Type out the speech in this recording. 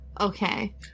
Okay